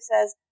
says